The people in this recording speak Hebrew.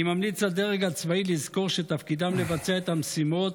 אני ממליץ לדרג הצבאי לזכור שתפקידו לבצע את המשימות